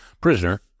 prisoner